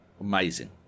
Amazing